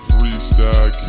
Freestyle